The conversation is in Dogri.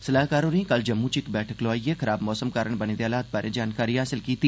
सलाहकार होरें कल जम्मू च इक बैठक लोआइयै खराब मौसम कारण बने दे हालात बारै जानकारी हासल कीती